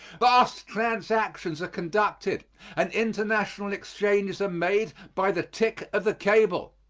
vast transactions are conducted and international exchanges are made by the tick of the cable.